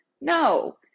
No